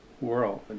world